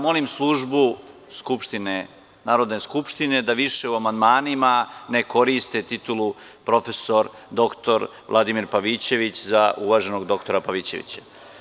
Molim službu Narodne skupštine da više u amandmanima ne koriste titulu profesor doktor Vladimir Pavićević za uvaženog doktora Pavićevića.